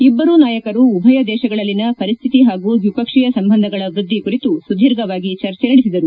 ಇಬ್ಬರೂ ನಾಯಕರು ಉಭಯ ದೇಶಗಳಲ್ಲಿನ ಪರಿಸ್ಡಿತಿ ಹಾಗೂ ದ್ವಿಪಕ್ಷೀಯ ಸಂಬಂಧಗಳ ವೃದ್ದಿ ಕುರಿತು ಸುದೀರ್ಘವಾಗಿ ಚರ್ಚೆ ನಡೆಸಿದರು